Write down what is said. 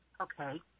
Okay